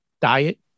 Diet